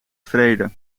vrede